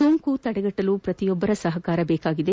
ಸೋಂಕು ತಡೆಗಟ್ಟಲು ಪ್ರತಿಯೊಬ್ಬರ ಸಪಕಾರ ಬೇಕಾಗಿದೆ